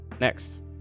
next